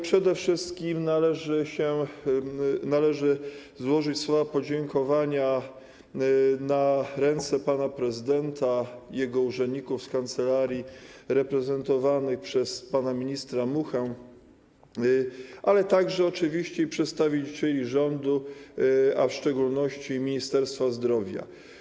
Przede wszystkim należy złożyć słowa podziękowania na ręce pana prezydenta, jego urzędników z kancelarii reprezentowanych przez pana ministra Muchę, ale także oczywiście przedstawicieli rządu, a w szczególności Ministerstwa Zdrowia.